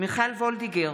מיכל וולדיגר,